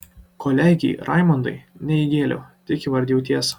kolegei raimondai ne įgėliau tik įvardijau tiesą